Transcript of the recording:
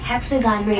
Hexagon